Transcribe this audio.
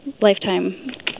lifetime